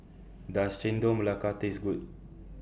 Does Chendol Melaka Taste Good